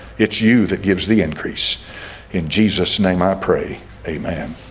it's you that gives the increase in jesus name i pray amen